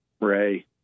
ray